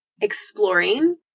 exploring